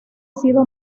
sido